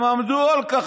הם עמדו על כך,